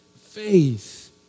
faith